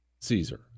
Caesar